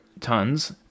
tons